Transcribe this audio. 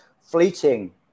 fleeting